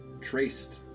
traced